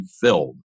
filled